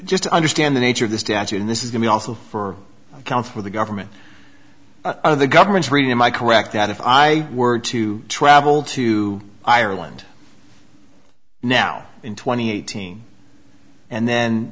just to understand the nature of the statute in this is going to also for account for the government of the government's reading am i correct that if i were to travel to ireland now in twenty eighteen and then